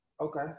Okay